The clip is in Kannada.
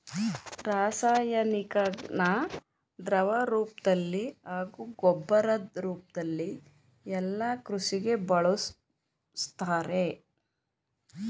ರಾಸಾಯನಿಕನ ದ್ರವರೂಪ್ದಲ್ಲಿ ಹಾಗೂ ಗೊಬ್ಬರದ್ ರೂಪ್ದಲ್ಲಿ ಯಲ್ಲಾ ಕೃಷಿಗೆ ಬಳುಸ್ತಾರೆ